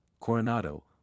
Coronado